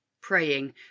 praying